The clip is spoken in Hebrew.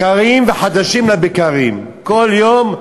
בקרים, חדשים לבקרים, כל יום,